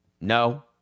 No